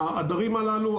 העדרים הללו,